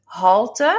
halte